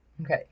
Okay